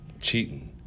cheating